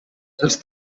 els